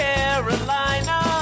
Carolina